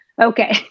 Okay